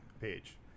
page